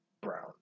Brown